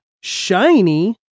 shiny